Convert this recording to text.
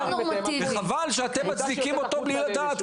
וחבל שאתם מצדיקים אותו בלי לדעת.